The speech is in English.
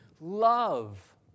Love